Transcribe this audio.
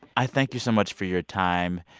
i thank you so much for your time.